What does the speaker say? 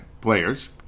players